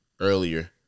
Earlier